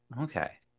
Okay